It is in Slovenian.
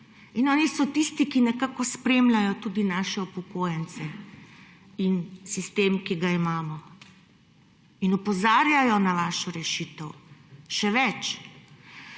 In oni so tisti, ki nekako spremljajo tudi naše upokojence in sistem, ki ga imamo, in opozarjajo na vašo rešitev. Še več,